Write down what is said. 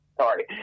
Sorry